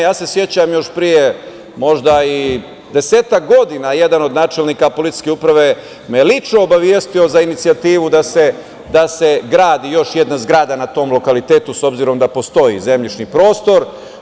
Ja se sećam da me je još pre desetak godina jedan od načelnika policijske uprave lično obavestio za inicijativu da se gradi još jedna zgrada na tom lokalitetu, s obzirom da postoji zemljišni prostor.